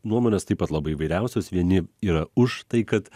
nuomonės taip pat labai įvairiausios vieni yra už tai kad